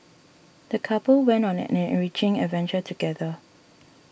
the couple went on an an enriching adventure together